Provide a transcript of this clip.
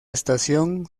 estación